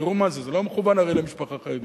תראו מה זה, זה לא מכוון הרי למשפחה חרדית.